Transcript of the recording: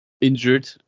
injured